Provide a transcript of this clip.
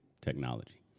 technology